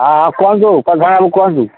ହଁ ହଁ କୁହନ୍ତୁ ପ୍ରଧାନ ବାବୁ କୁହନ୍ତୁ